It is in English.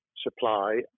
supply